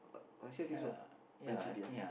last year think so Man-City ah